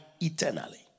eternally